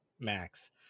Max